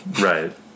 right